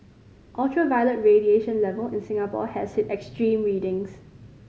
ultraviolet radiation level in Singapore has hit extreme readings